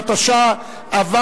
התשע"א 2011,